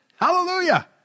Hallelujah